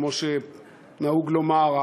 כמו שנהוג לומר,